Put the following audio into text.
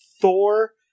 Thor